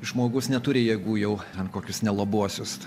žmogus neturi jėgų jau ten kokius nelabuosius